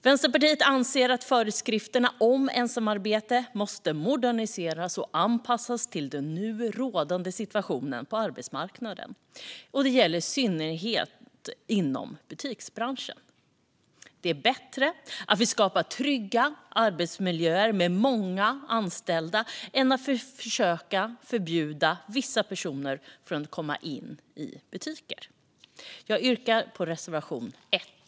Vänsterpartiet anser att föreskrifterna om ensamarbete måste moderniseras och anpassas till den nu rådande situationen på arbetsmarknaden. Det gäller i synnerhet inom butiksbranschen. Det är bättre att vi skapar trygga arbetsmiljöer med många anställda än att vi försöker förbjuda vissa personer att komma in i butiker. Jag yrkar bifall till reservation 1.